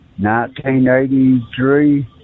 1983